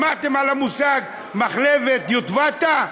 שמעתם על מחלבת יטבתה?